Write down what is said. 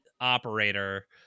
operator